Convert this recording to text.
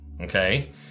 Okay